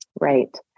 Right